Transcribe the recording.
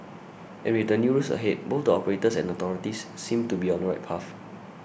and with the new rules ahead both the operators and authorities seem to be on the right path